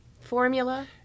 formula